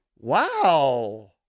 Wow